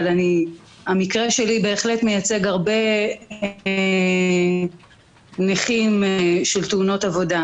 המקרה שלי בהחלט מייצג הרבה נכים של תאונות עבודה,